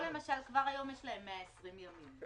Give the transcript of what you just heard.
פה למשל כבר היום יש להם 120 ימים,